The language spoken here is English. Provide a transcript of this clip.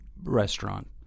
restaurant